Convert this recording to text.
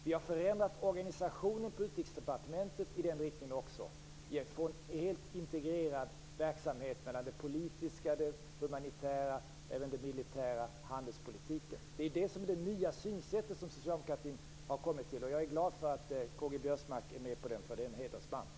Vi har också förändrat organisationen på Utrikesdepartementet i den riktningen mot en helt integrerad verksamhet mellan det politiska, det humanitära och även det militära med handelspolitiken. Det är det nya synsätt som Socialdemokraterna har kommit till. Jag är glad för att K-G Biörsmark är med på det, för det är en hedersman.